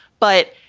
but,